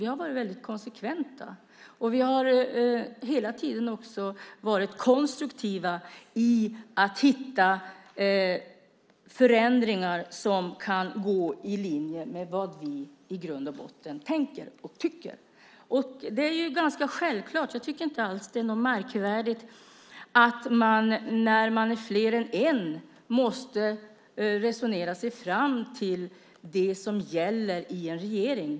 Vi har varit väldigt konsekventa. Vi har hela tiden också varit konstruktiva i att hitta förändringar som kan vara i linje med vad vi i grund och botten tänker och tycker. Det är ganska självklart och inte alls något märkvärdigt att man när det är fler än en måste resonera sig fram till det som gäller i en regering.